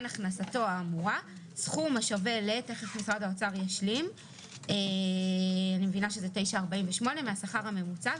הכנסתו האמורה סכום השווה ל- מהשכר הממוצע".